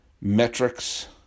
metrics